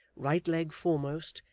right leg foremost,